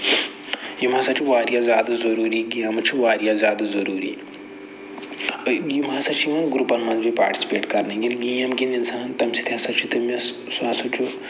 یِم ہسا چھِ واریاہ زیادٕ ضروٗری گٮ۪مہٕ چھِ واریاہ زیادٕ ضروٗری یِم ہسا چھِ یِوان گرُپَن منٛز بیٚیہِ پارٹِسِپٮ۪ٹ کرنہٕ ییٚلہِ گٮ۪م گِندِ اِنسان تَمہِ سۭتۍ ہسا چھِ تٔمِس سُہ ہسا چھُ